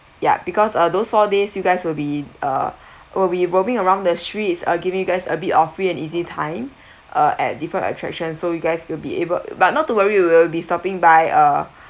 ya because uh those four days you guys will be uh will be roaming around the streets I give you guys a bit of free and easy time uh at different attractions so you guys will be able but not to worry we will be stopping by uh